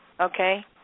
okay